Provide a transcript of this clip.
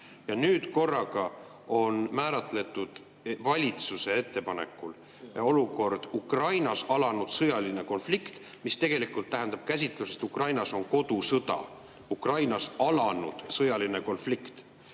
Ja nüüd korraga on valitsuse ettepanekul määratletud olukord, et Ukrainas on alanud sõjaline konflikt, mis tegelikult tähendab käsitlust, et Ukrainas on kodusõda. Ukrainas alanud sõjaline konflikt!